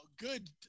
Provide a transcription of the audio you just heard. Good